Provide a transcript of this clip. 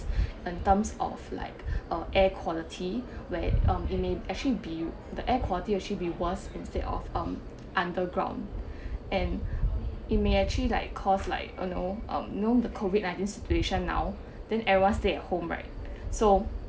in terms of like uh air quality where um it may actually be the air quality actually be worse instead of um underground and it may actually like cause like you know you know the COVID-nineteen situation now then everyone stay at home right so